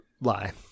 lie